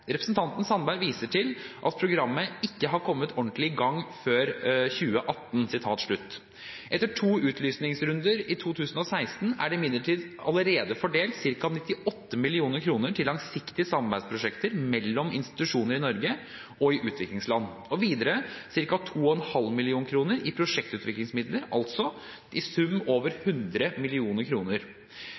Representanten Sandberg viser til at programmet «ikke kommer ordentlig i gang før etter 2018». Etter to utlysningsrunder i 2016 er det imidlertid allerede fordelt ca. 98 mill. kr til langsiktige samarbeidsprosjekter mellom institusjoner i Norge og i utviklingsland og videre ca. 2,5 mill. kr i prosjektutviklingsmidler, altså i sum over 100